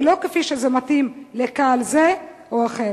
ולא כפי שמתאים לקהל זה או אחר.